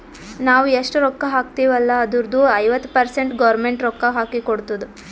ನಾವ್ ಎಷ್ಟ ರೊಕ್ಕಾ ಹಾಕ್ತಿವ್ ಅಲ್ಲ ಅದುರ್ದು ಐವತ್ತ ಪರ್ಸೆಂಟ್ ಗೌರ್ಮೆಂಟ್ ರೊಕ್ಕಾ ಹಾಕಿ ಕೊಡ್ತುದ್